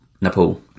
Nepal